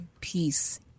peace